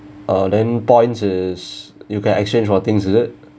uh then points is you can exchange for things is it